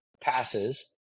passes